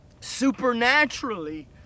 supernaturally